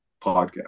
podcast